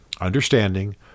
Understanding